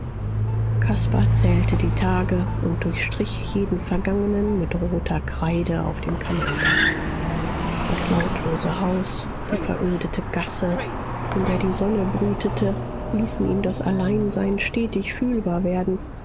caspar zählte die tage und durchstrich jeden vergangenen mit roter kreide auf dem kalender das lautlose haus die verödete gasse in der die sonne brütete ließen ihm das alleinsein stetig fühlbar werden